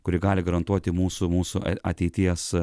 kuri gali garantuoti mūsų mūsų ateities